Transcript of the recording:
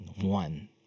one